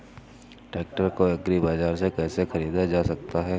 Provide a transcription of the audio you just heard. Tractor को agri बाजार से कैसे ख़रीदा जा सकता हैं?